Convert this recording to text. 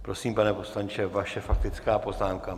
Prosím, pane poslanče, vaše faktická poznámka.